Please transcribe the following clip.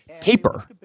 paper